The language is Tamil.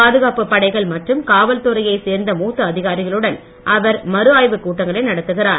பாதுகாப்புப் படைகள் மற்றும் காவல்துறையைச் சேர்ந்த மூத்த அதிகாரிகளுடன் அவர் மறுஆய்வுக் கூட்டங்களை நடத்துகிறார்